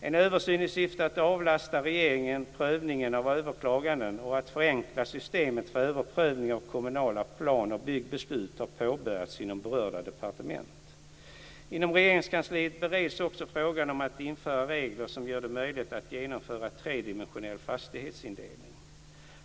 En översyn i syfte att avlasta regeringen prövningen av överklaganden och att förenkla systemet för överprövning av kommunala plan och byggbeslut har påbörjats inom berörda departement. Inom Regeringskansliet bereds också frågan om att införa regler som gör det möjligt att genomföra tredimensionell fastighetsindelning.